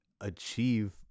achieve